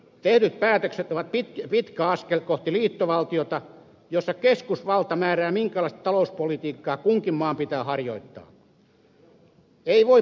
tehdyt päätökset ovat pitkä askel kohti liittovaltiota jossa keskusvalta määrää minkälaista talouspolitiikkaa kunkin maan pitää harjoittaa